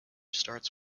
starts